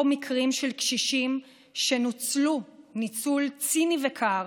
מקרים של קשישים שנוצלו ניצול ציני וקר